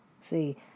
See